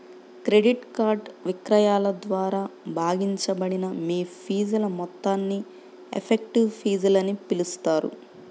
credit card విక్రయాల ద్వారా భాగించబడిన మీ ఫీజుల మొత్తాన్ని ఎఫెక్టివ్ ఫీజులని పిలుస్తారు